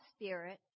spirit